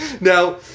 Now